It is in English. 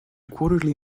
quarterly